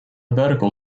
vertical